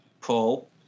Paul